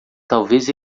talvez